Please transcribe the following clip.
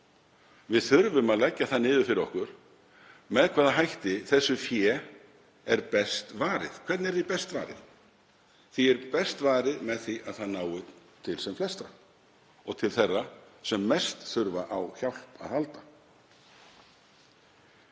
Við þurfum að leggja það niður fyrir okkur með hvaða hætti þessu fé er best varið. Hvernig er því best varið? Því er best varið með því að það nái til sem flestra og til þeirra sem mest þurfa á hjálp að halda.